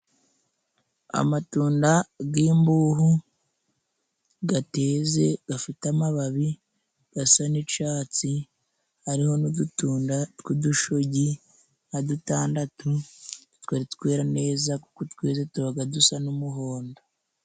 Amatunda g'imbuhu gateze gafite amababi gasa n'icatsi, hariho n'udutunda tw'udushogi nka dutandatu ntitwari twera neza, kuko utweze tubaga dusa n'umuhondo.